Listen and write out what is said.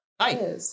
Hi